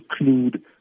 include